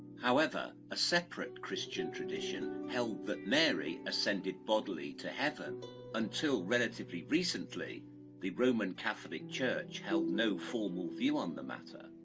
however a separate christian tradition held that mary ascended bodily to heaven until relatively recently the roman catholic church held no formal view on the matter.